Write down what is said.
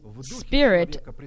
spirit